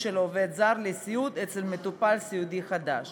של עובד זר לסיעוד אצל מטופל סיעודי חדש